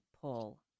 pull